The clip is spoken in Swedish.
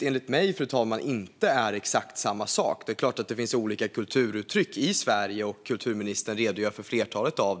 Enligt mig, fru talman, är det inte exakt samma sak. Det är klart att det finns olika kulturuttryck i Sverige, och kulturministern har redogjort för ett flertal av dem.